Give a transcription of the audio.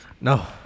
No